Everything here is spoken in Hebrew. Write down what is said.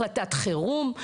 החלטת חירום.